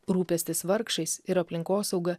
rūpestis vargšais ir aplinkosauga